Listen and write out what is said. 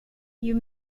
you